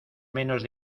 menos